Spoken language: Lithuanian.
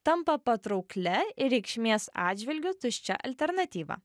tampa patrauklia ir reikšmės atžvilgiu tuščia alternatyva